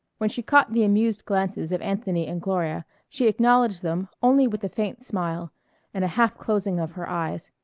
when she caught the amused glances of anthony and gloria she acknowledged them only with a faint smile and a half-closing of her eyes,